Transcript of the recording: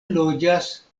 loĝas